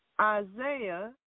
Isaiah